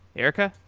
erika?